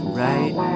right